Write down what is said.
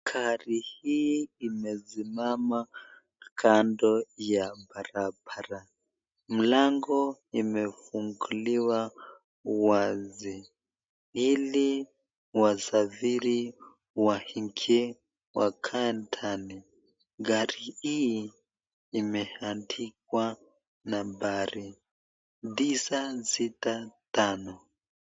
Gari hii imesimama kando ya barabara. Mlango imefunguliwa wazi ili wasafiri waingie wakae ndani. Gari hii imeandikwa nambari 965.